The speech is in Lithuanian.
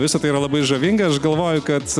visa tai yra labai žavinga aš galvoju kad